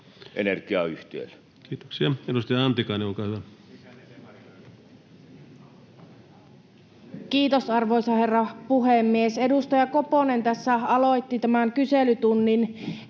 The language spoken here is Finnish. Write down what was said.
Kiitoksia. — Edustaja Antikainen, olkaa hyvä. Kiitos, arvoisa herra puhemies! Edustaja Koponen tässä aloitti tämän kyselytunnin kertomalla